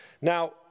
Now